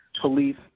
police